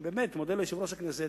אני באמת מודה ליושב-ראש הכנסת